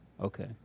Okay